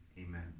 amen